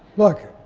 look,